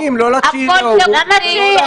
למה התשיעי?